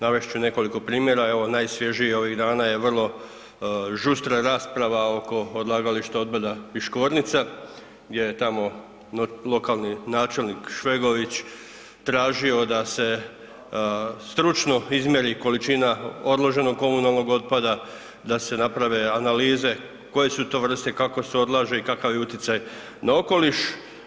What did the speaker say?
Navest ću nekoliko primjera, evo najsvježiji ovih dana je vrlo žustra rasprava oko odlagališta otpada Piškornica gdje je tamo lokalni načelnik Švegović tražio da se stručno izmjeri količina odloženog komunalnog otpada, da se naprave analize koje su to vrste, kako se odlaže i kakav je utjecaj na okoliš.